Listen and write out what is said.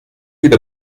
with